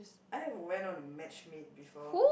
I have went on a matchmade before